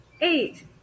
Eight